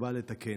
היא באה לתקן.